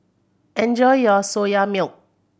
enjoy your Soya Milk